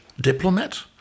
diplomat